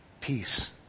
peace